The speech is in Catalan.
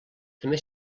també